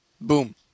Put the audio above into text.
Boom